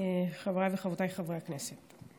חבריי וחברותיי חברי הכנסת,